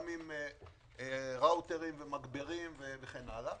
גם עם ראוטרים ומגברים וכן הלאה.